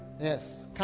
Yes